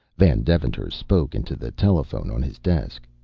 van deventer spoke into the telephone on his desk.